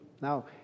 Now